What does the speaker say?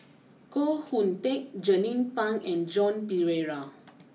Koh Hoon Teck Jernnine Pang and Joan Pereira